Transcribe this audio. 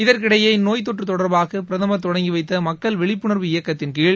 இதற்கிஎடபே இந்நோய் தொற்று தொடர்பாக பிரதமர் தொடங்கிவைத்த மக்கள் விழிப்புணர்வு இயக்கத்தின்கீழ